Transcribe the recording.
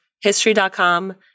history.com